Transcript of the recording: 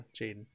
Jaden